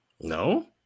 No